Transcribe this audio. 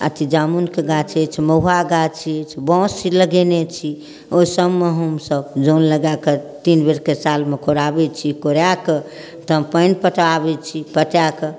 अथी जामुनके गाछ अछि महुआ गाछ अछि बाँस लगेने छी ओहि सबमे हमसब जन लगाकऽ तीन बेरके सालमे कोड़ाबै छी कोड़ाकऽ तहन पानि पटाबै छी पटाकऽ